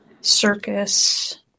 Circus